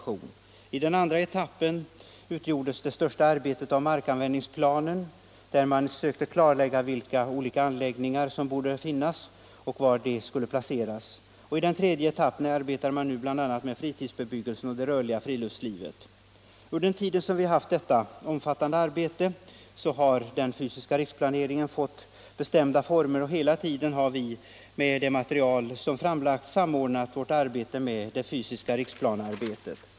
I den andra etappen utgjordes det största arbetet av markanvändningsplanen, där man sökte klarlägga vilka olika anläggningar som borde finnas och var de skulle placeras. I den tredje etappen arbetar man nu bl.a. med fritidsbebyggelsen och det rörliga friluftslivet. Samtidigt som detta omfattande arbete pågått har den fysiska riks planeringen fått bestämda former, och hela tiden har vi i det material som framlagts samordnat vårt arbete med det fysiska riksplanearbetet.